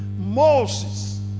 Moses